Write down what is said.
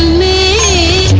me